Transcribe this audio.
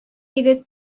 егет